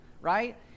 right